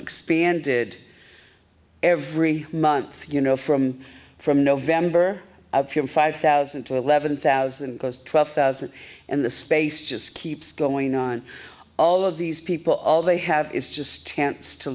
expanded every month you know from from november up in five thousand to eleven thousand goes twelve thousand and the space just keeps going on all of these people all they have is just